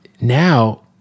Now